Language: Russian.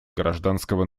гражданского